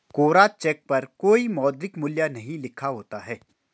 कोरा cheque पर कोई मौद्रिक मूल्य नहीं लिखा होता है